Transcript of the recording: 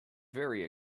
very